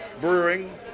Brewing